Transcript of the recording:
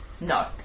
No